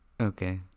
Okay